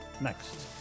next